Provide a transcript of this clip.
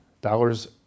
dollars